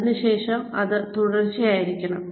അത് തുടർച്ചയായിരിക്കണം